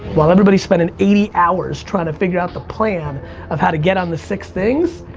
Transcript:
while everybody's spending eighty hours trying to figure out the plan of how to get on the six things,